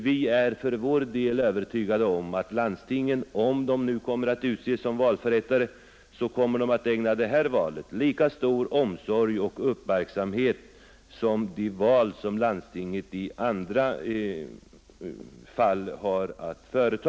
Vi är för vår del övertygade om att landstingen, om de nu kommer att utses till valförrättare, kommer att ägna detta val lika stor omsorg och uppmärksamhet som de val som landstingen i andra fall har att företa.